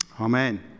Amen